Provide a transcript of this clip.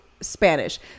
Spanish